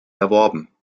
erworben